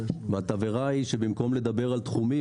התבערה היא שבמקום לדבר על תחומים,